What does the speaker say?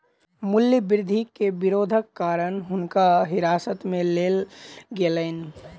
मूल्य वृद्धि के विरोधक कारण हुनका हिरासत में लेल गेलैन